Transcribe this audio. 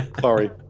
Sorry